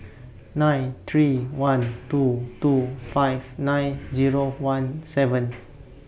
nine three one two two five nine Zero one seven